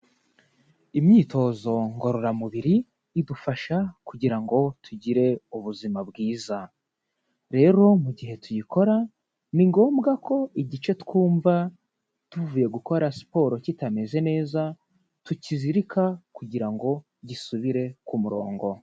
Imyitozo ngororamubiri idufasha kugira ngo tugire ubuzima bwiza. Rero mu gihe tuyikora, ni ngombwa ko igice twumva tuvuye gukora siporo kitameze neza tukizirika kugira ngo gisubire ku murongo.